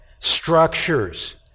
structures